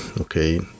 okay